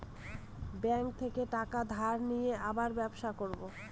bank থেকে টাকা ধার নিয়ে আবার ব্যবসা করবো